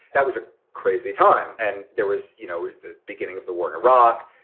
that was a crazy time and there was you know the beginning of the war in iraq.